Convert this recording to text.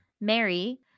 Mary